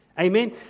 Amen